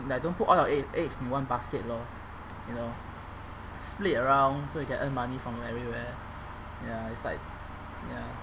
like don't put all your egg egg in one basket loh you know split around so you can earn money from everywhere ya it's like ya uh I